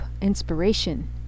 inspiration